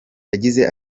yagize